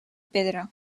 pedra